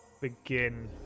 Begin